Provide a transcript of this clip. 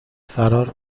فرار